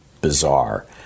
bizarre